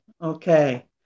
Okay